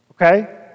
okay